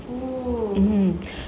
oh